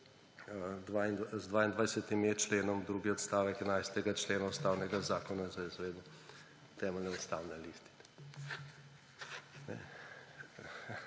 z 22.e členom, drugi odstavek 11. člena Ustavnega zakona za izvedbo temeljne ustavne listine.